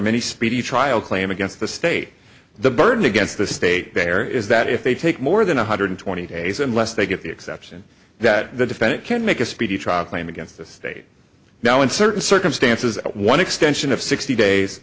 many speedy trial claim against the state the burden against the state fair is that if they take more than one hundred twenty days unless they get the exception that the defendant can make a speedy trial claim against the state now in certain circumstances one extension of sixty days